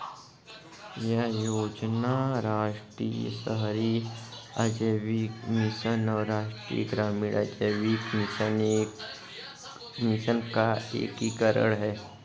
यह योजना राष्ट्रीय शहरी आजीविका मिशन और राष्ट्रीय ग्रामीण आजीविका मिशन का एकीकरण है